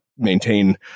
maintain